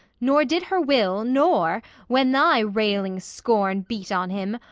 nor did her will, nor, when thy railing scorn beat on him,